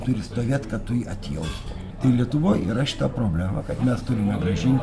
turi stovėt kad tu jį atjaustum tai lietuvoj yra šita problema kad mes turime grąžinti